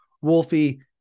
Wolfie